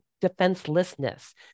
defenselessness